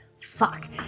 Fuck